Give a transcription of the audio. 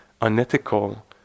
unethical